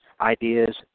ideas